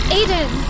Aiden